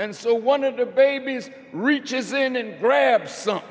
and so one of the babies reaches in and grab something